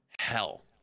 hell